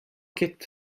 ket